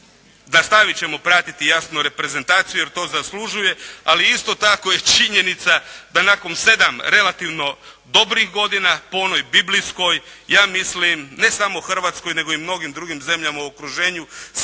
nastaviti ćemo pratiti jasno reprezentaciju jer to zaslužuje, ali isto tako je činjenica da nakon 7 relativno dobrih godina po onoj biblijskoj, ja mislim ne samo Hrvatskoj nego i mnogim drugim zemljama u okruženju